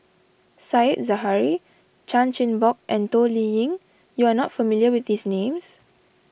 Said Zahari Chan Chin Bock and Toh Liying you are not familiar with these names